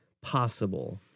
Possible